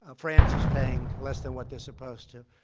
ah france is paying less than what they're supposed to.